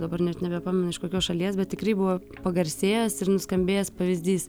dabar net nebepamenu iš kokios šalies bet tikrai buvo pagarsėjęs ir nuskambėjęs pavyzdys